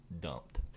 dumped